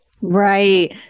Right